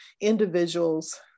individuals